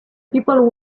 people